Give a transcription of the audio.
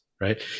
right